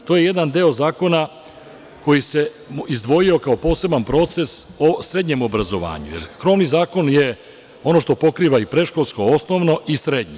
To je jedna deo zakona koji se izdvojio kao poseban proces o srednjem obrazovanju, jer krovni zakon je ono što pokriva i predškolsko, osnovno i srednje.